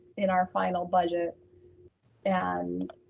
in our final budget and,